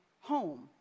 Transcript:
home